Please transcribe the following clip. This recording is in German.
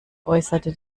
äußerte